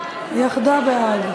היחדה בעד.